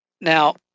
Now